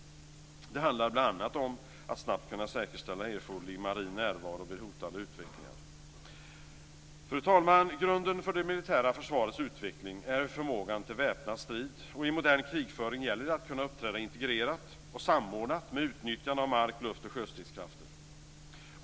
Det handlar bl.a. om att snabbt kunna säkerställa erforderlig marin närvaro vid hotande utvecklingar. Fru talman! Grunden för det militära försvarets utveckling är förmågan till väpnad strid, och i modern krigföring gäller det att kunna uppträda integrerat och samordnat med utnyttjande av mark-, luft och sjöstridskrafter.